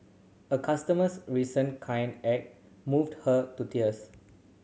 a customer's recent kind act moved her to tears